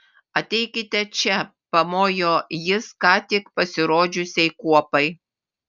ateikite čia pamojo jis ką tik pasirodžiusiai kuopai